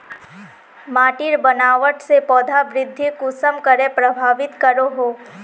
माटिर बनावट से पौधा वृद्धि कुसम करे प्रभावित करो हो?